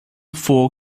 four